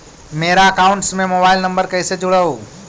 मेरा अकाउंटस में mobile number कैसे जुड़उ?